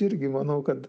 irgi manau kad